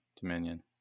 dominion